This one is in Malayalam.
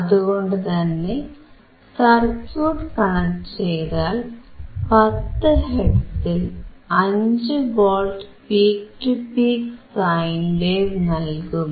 അതുകൊണ്ടുതന്നെ സർക്യൂട്ട് കണക്ട് ചെയ്താൽ 10 ഹെർട്സിൽ 5 volt peak to peak sine wave നൽകും